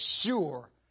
sure